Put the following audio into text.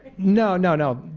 no no no,